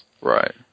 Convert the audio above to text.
Right